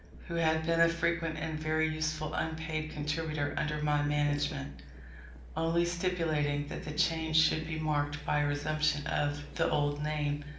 who had been a frequent and very useful unpaid contributor under my management only stipulating that the change should be marked by a resumption of the old name,